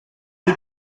you